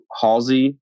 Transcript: Halsey